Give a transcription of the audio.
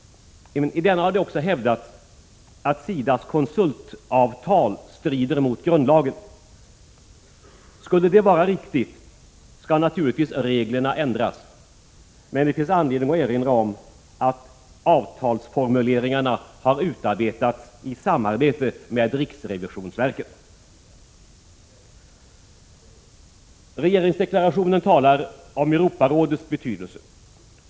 I denna har också hävdats att SIDA:s konsultavtal strider mot grundlagen. Skulle det vara riktigt skall naturligtvis reglerna ändras. Men det finns anledning att erinra om att avtalsformuleringarna har utarbetats i samarbete med riksrevisionsverket. I regeringsdeklarationen talas om Europarådets betydelse.